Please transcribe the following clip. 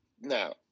Now